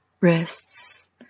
wrists